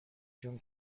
جون